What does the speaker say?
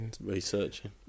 researching